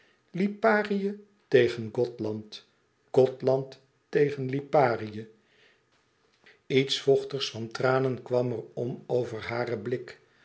liparië tegen gothland gothland tegen liparië iets vochtigs van tranen kwam er om over haren blik